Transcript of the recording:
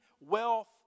wealth